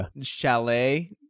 chalet